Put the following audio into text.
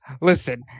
Listen